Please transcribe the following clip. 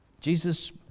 Jesus